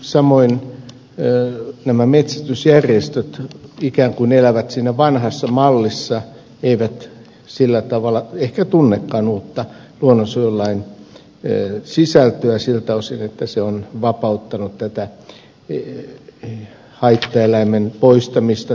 samoin nämä metsästysjärjestöt ikään kuin elävät siinä vanhassa mallissa eivät sillä tavalla ehkä tunnekaan uutta luonnonsuojelulain sisältöä siltä osin että se on vapauttanut tätä haittaeläimen poistamista